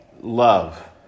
love